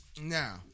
Now